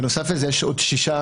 בנוסף לזה יש עוד שישה